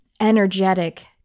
energetic